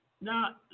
Now